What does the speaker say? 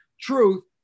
truth